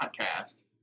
podcast